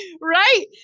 Right